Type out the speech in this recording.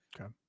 okay